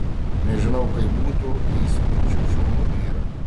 nežinau kaip būtų jei sutikčiau šaunų vyrą